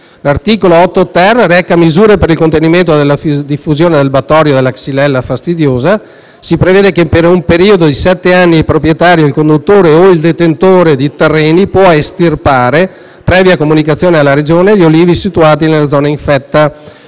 L'articolo 8-*ter* reca misure per il contenimento della diffusione del batterio della xylella fastidiosa. Si prevede che, per un periodo di sette anni, il proprietario, il conduttore o il detentore di terreni possano estirpare, previa comunicazione alla Regione, gli olivi situati nella zona infetta,